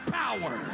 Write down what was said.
power